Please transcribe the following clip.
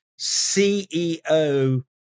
CEO